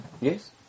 Yes